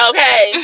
Okay